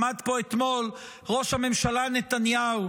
עמד פה אתמול ראש הממשלה נתניהו